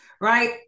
right